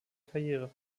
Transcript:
karriere